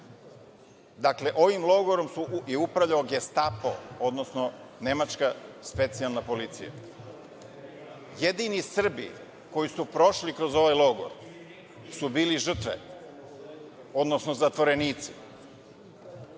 Dakle, ovim logorom je upravljao Gestapo, odnosno nemačka specijalna policija. Jedini Srbi koji su prošli kroz ovaj logor su bili žrtve, odnosno zatvorenici.